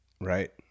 right